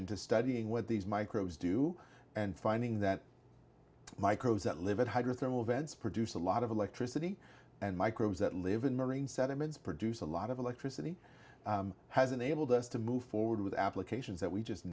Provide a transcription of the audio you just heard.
into studying what these microbes do and finding that microbes that live in hydrothermal vents produce a lot of electricity and microbes that live in marine sediments produce a lot of electricity has enabled us to move forward with applications that we just